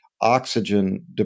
oxygen